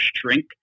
shrink